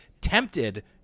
tempted